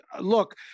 look